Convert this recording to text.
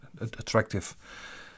attractive